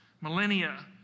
millennia